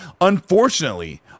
unfortunately